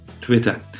Twitter